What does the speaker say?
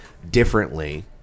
Differently